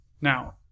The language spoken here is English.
Now